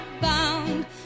bound